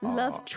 love